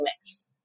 mix